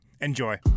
Enjoy